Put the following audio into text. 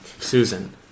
Susan